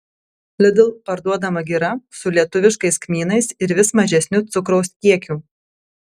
lidl parduodama gira su lietuviškais kmynais ir vis mažesniu cukraus kiekiu